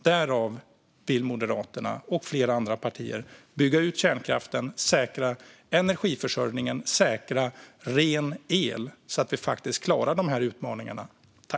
Därav vill Moderaterna och flera andra partier bygga ut kärnkraften, säkra energiförsörjningen och säkra att vi har ren el, så att vi klarar utmaningarna.